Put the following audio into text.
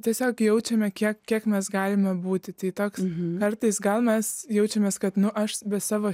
tiesiog jaučiame kiek kiek mes galime būti tai toks kartais gal mes jaučiamės kad nu aš be savo